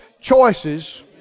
choices